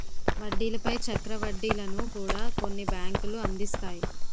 వడ్డీల పై చక్ర వడ్డీలను కూడా కొన్ని బ్యాంకులు అందిస్తాయి